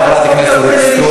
חברת הכנסת אורית סטרוק.